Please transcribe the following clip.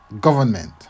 government